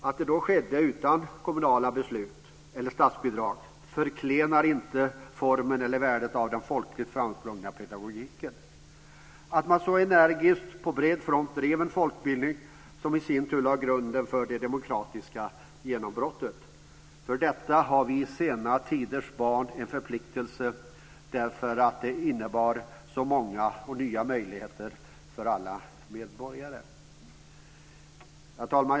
Att det då skedde utan kommunala beslut eller statsbidrag förklenar inte formen eller värdet av den folkligt framsprungna pedagogiken. För att man så energiskt på bred front drev en folkbildning som i sin tur lade grunden för det demokratiska genombrottet har vi sena tiders barn en förpliktelse eftersom det innebar så många och så nya möjligheter för alla medborgare. Herr talman!